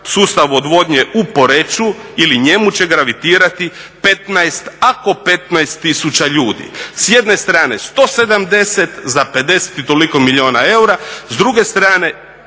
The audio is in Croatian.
sustav odvodnje u Poreču ili njemu će gravitirati 15 ako 15 000 ljudi. S jedne strane 170, za 50 i toliko milijuna eura. S druge strane